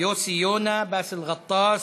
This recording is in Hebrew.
יוסי יונה, באסל גטאס,